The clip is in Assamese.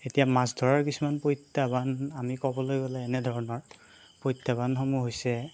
এতিয়া মাছ ধৰাৰ কিছুমান প্ৰত্যাহ্বান আমি ক'বলৈ গ'লে এনেধৰণৰ প্ৰত্যাহ্বানসমূহ হৈছে